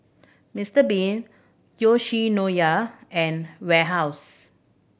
Mister Bean Yoshinoya and Warehouse